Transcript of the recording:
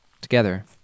Together